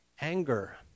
anger